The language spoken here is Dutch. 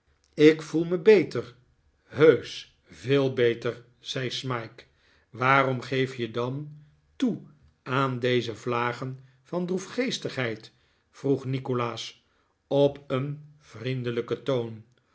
ik voel me beter heusch veel beter zei smike waarom geef je dan toe aan deze vlagen van droefgeestigheid vroeg nikolaas op een vriendelijken toon